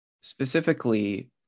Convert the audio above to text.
Specifically